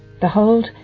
Behold